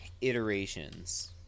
iterations